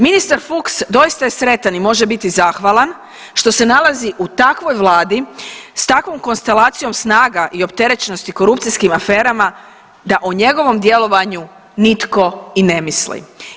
Ministar Fuchs doista je sretan i može biti zahvalan što se nalazi u takvoj Vladi, sa takvom konstelacijom snaga i opterećenosti korupcijskim aferama da o njegovom djelovanju nitko i ne misli.